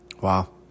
Wow